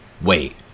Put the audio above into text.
Wait